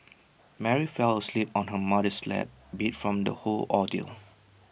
Mary fell asleep on her mother's lap beat from the whole ordeal